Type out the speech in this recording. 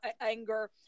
anger